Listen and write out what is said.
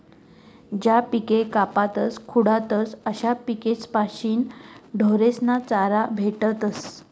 ज्या पिके कापातस खुडातस अशा पिकेस्पाशीन ढोरेस्ना करता चारा भेटस